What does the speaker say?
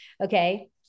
Okay